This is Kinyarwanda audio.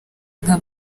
nka